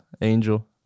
Angel